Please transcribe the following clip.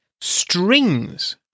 Strings